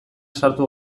sartu